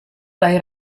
dai